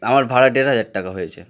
আমার ভাড়া দেড় হাজার টাকা হয়েছে